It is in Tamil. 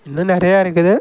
இன்னும் நிறையா இருக்குது